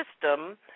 system